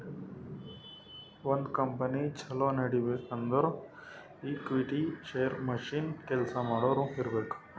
ಒಂದ್ ಕಂಪನಿ ಛಲೋ ನಡಿಬೇಕ್ ಅಂದುರ್ ಈಕ್ವಿಟಿ, ಶೇರ್, ಮಷಿನ್, ಕೆಲ್ಸಾ ಮಾಡೋರು ಇರ್ಬೇಕ್